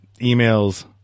emails